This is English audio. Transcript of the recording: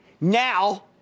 Now